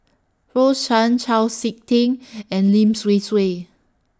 Rose Chan Chau Sik Ting and Lim Swee Say